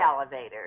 elevator